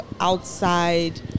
outside